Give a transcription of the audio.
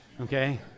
okay